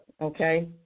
Okay